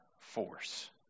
force